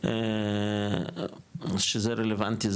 שזה רלוונטי,